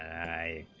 i